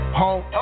home